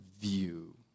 view